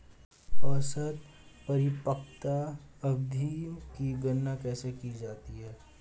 औसत परिपक्वता अवधि की गणना कैसे की जाती है?